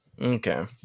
Okay